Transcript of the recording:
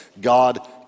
God